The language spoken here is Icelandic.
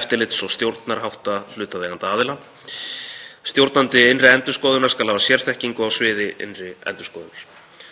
eftirlits og stjórnarhátta hlutaðeigandi aðila. Stjórnandi innri endurskoðunar skal hafa sérþekkingu á sviði innri endurskoðunar.“